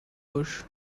bush